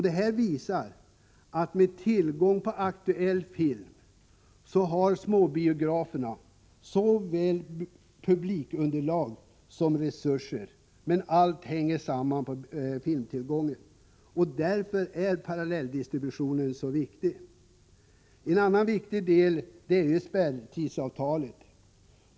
Detta visar att med tillgång på aktuell film har småbiograferna såväl publikunderlag som resurser. Allt hänger samman med filmtillgången. Därför är parallelldistributionen så viktig. En annan viktig del är spärrtidsavtalet.